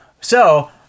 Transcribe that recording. So-